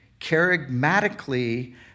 charismatically